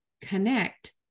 connect